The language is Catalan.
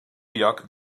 lloc